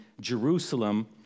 Jerusalem